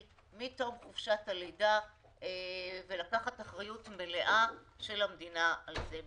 מתום חופשת הלידה ולקחת אחריות מלאה של המדינה על זה.